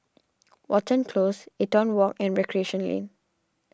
Watten Close Eaton Walk and Recreation Lane